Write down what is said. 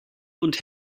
und